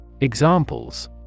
Examples